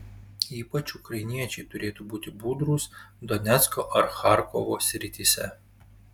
ypač ukrainiečiai turėtų būti budrūs donecko ar charkovo srityse